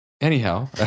Anyhow